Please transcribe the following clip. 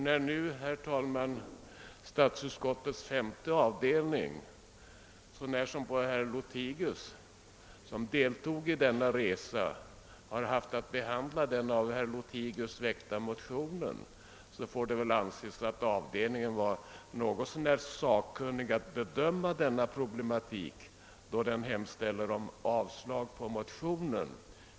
När nu statsutskottets femte avdelning så när som på herr Lothigius som deltagit i denna resa haft att behandla den av herr Lothigius väckta motionen, får det väl anses att avdel ningen varit sakkunnig när det gäller detta problem.